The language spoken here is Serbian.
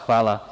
Hvala.